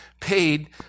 paid